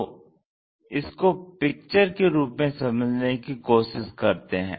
तो इसको पिक्चर के रूप में समझने कि कोशिश करते हैं